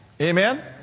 Amen